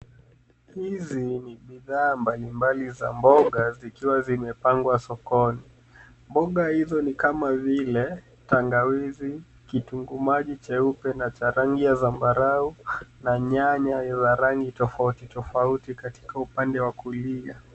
Hizi ni bidhaa mbalimbali za mboga vikiwa vimepangwa sokoni. Mboga hizo ni kama vile tangawizi, kitunguu maji cheupe na cha rangi ya zambarau na nyanya za rangi tofauti tofauti katika upande wa kulia.